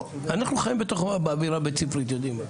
אנחנו ברמה הבית ספרית יודעים.